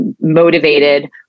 motivated